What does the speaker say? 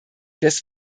des